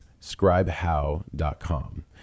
scribehow.com